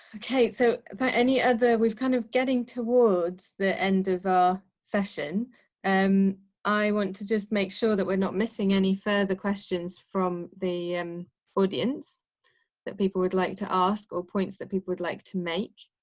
ok, so about any other. we've kind of getting towards the end of our session an i want to just make sure that we're not missing any further questions from the audience that people would like to ask or points that people would like to make.